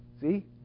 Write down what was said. See